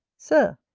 sir,